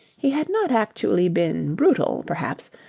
he had not actually been brutal, perhaps,